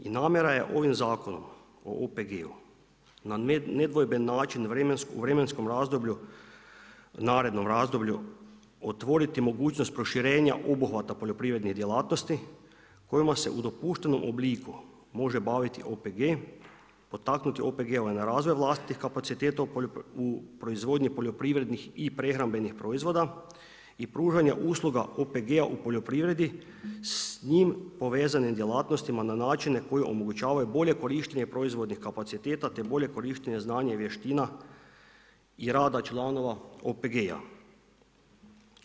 I namjera je ovim Zakonom o OPG-u na nedvojben način u vremenskom razdoblju, narednom razdoblju otvoriti mogućnost proširenja obuhvata poljoprivrednih djelatnosti kojima se u dopuštenom obliku može baviti OPG, potaknuti OPG-ove na razvoj vlastitih kapaciteta u proizvodnji poljoprivrednih i prehrambenih proizvoda i pružanja usluga OPG-a u poljoprivredi s njim povezanim djelatnostima na načine koje omogućavaju bolje korištenje proizvodnih kapaciteta te bolje korištenje znanja i vještina i rada članova OPG-a.